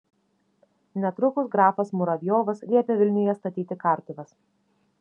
netrukus grafas muravjovas liepė vilniuje statyti kartuves